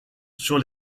sur